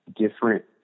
Different